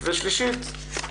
שלישית,